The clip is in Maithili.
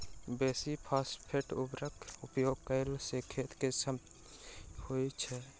बेसी फास्फेट उर्वरकक उपयोग कयला सॅ खेत के क्षति होइत छै